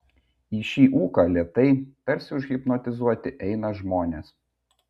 į šį ūką lėtai tarsi užhipnotizuoti eina žmonės